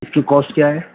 اس کی کاسٹ کیا ہے